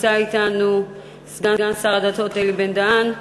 נמצא אתנו סגן שר הדתות אלי בן-דהן.